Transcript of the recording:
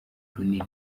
runini